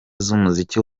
z’umuziki